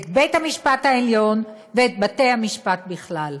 את בית-המשפט העליון ואת בתי-המשפט בכלל.